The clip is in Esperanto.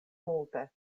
multe